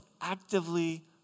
actively